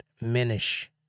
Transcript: minish